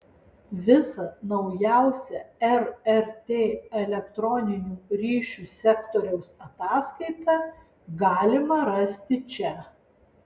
visą naujausią rrt elektroninių ryšių sektoriaus ataskaitą galima rasti čia